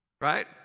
Right